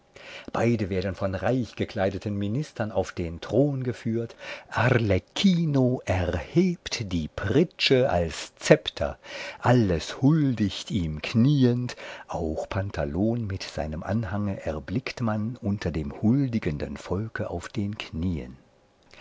beide werden von reichgekleideten ministern auf den thron geführt arlecchino erhebt die pritsche als zepter alles huldigt ihm kniend auch pantalon mit seinem anhange erblickt man unter dem huldigenden volke auf den knien